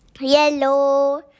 Yellow